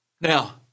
Now